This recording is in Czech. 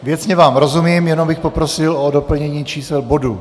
Věcně vám rozumím, jenom bych poprosil o doplnění čísel bodů.